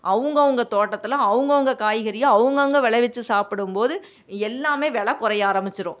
அவுங்கவங்க தோட்டத்தில் அவுங்கவங்க காய்கறியை அவுங்கவங்க விளைவிச்சி சாப்பிடும்போது எல்லாமே வெலை குறைய ஆரம்மிச்சிடும்